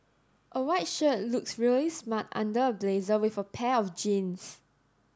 a white shirt looks really smart under a blazer with a pair of jeans